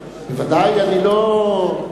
בוודאי, אני לא,